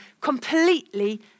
completely